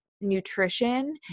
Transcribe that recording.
nutrition